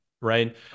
right